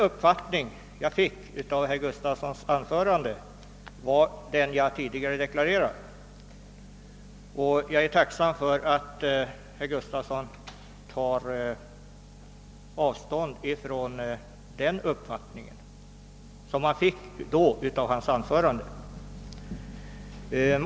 Jag är glad att herr Gustavsson tar avstånd från den uppfattning som jag fick av hans anförande och som jag tidigare redovisat.